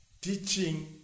Teaching